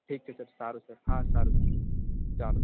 ઠીક છે સર સારું સર હા સારું સર ચાલો